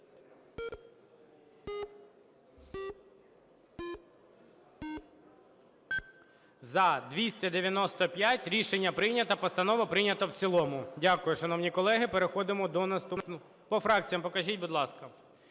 За-295 Рішення прийнято. Постанова прийнята в цілому. Дякую. Шановні колеги, переходимо до… По фракціях покажіть, будь ласка.